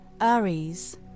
Aries